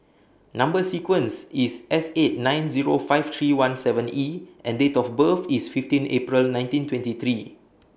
Number sequence IS S eight nine Zero five three one seven E and Date of birth IS fifteen April nineteen twenty three